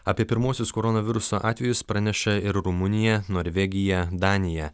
apie pirmuosius koronaviruso atvejus praneša ir rumunija norvegija danija